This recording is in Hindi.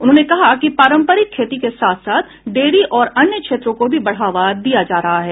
उन्होंने कहा कि पारम्परिक खेती के साथ साथ डेयरी और अन्य क्षेत्रों को भी बढ़ावा दिया जा रहा है